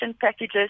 packages